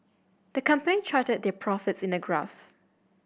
the company charted their profits in a graph